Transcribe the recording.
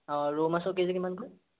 অঁ ৰৌ মাছৰ কেজি কিমানকৈ